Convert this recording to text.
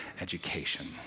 education